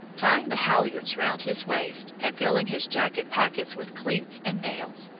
tying the halyards round his waist, and filling his jacket pockets with cleats and nails,